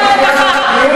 הקמפיין נגד הגרעין האיראני?